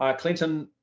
um clinton,